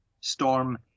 storm